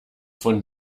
von